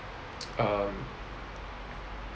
um